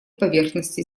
поверхности